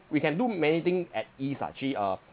we can do many things at ease ah actually uh